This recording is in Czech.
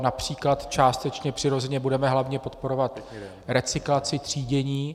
například částečně přirozeně budeme hlavně podporovat recyklaci, třídění.